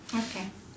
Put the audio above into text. okay